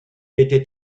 était